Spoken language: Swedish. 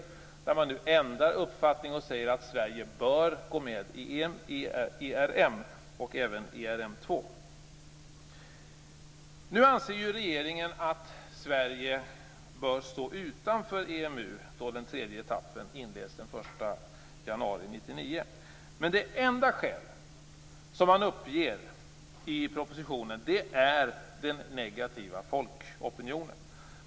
Folkpartiet har nu ändrat uppfattning, och säger att Sverige bör gå med i ERM och även i ERM 2. Regeringen anser att Sverige bör stå utanför EMU då den tredje etappen inleds den 1 januari 1999. Men det enda skäl som uppges i propositionen är den negativa folkopinionen.